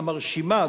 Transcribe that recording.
המרשימה,